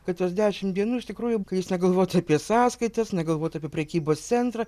kad tuos dešim dienų iš tikrųjų jis negalvotų apie sąskaitas negalvotų apie prekybos centrą